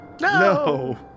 No